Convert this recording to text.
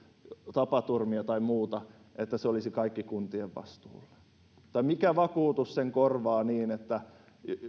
tapaturmia tai muuta että se olisi kaikki kuntien vastuulla tai mikä vakuutus sen korvaa